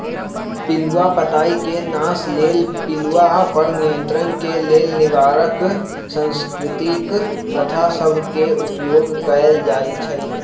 पिलूआ पताई के नाश लेल पिलुआ पर नियंत्रण के लेल निवारक सांस्कृतिक प्रथा सभ के उपयोग कएल जाइ छइ